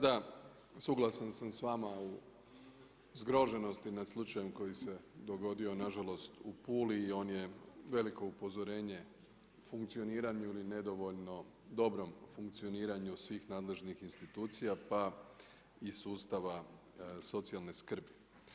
Zastupniče Vada, suglasan sam s vama u zgroženosti nad slučajem koji se dogodio nažalost u Puli i on je veliko upozorenje funkcioniranju ili nedovoljno dobrom funkcioniranju svih nadležnih institucija pa i sustava socijalne skrbi.